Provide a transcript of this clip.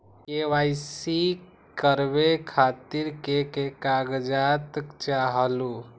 KYC करवे खातीर के के कागजात चाहलु?